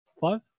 Five